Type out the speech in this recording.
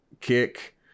kick